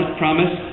promise